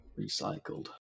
Recycled